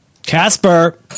casper